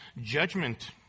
judgment